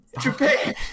Japan